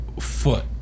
foot